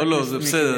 לא, לא, זה בסדר.